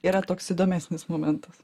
yra toks įdomesnis momentas